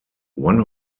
one